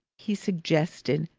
he suggested,